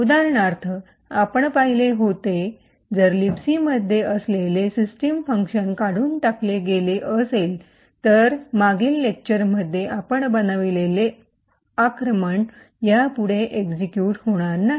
उदाहरणार्थ आपण पाहिले होते जर लिबसीमध्ये असलेले सिस्टम फंक्शन काढून टाकले गेले असेल तर मागील लेक्चरमध्ये आपण बनविलेले आक्रमण अटैक यापुढे एक्सिक्यूट होणार नाही